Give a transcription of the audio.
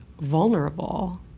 vulnerable